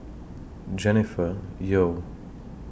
Jennifer Yeo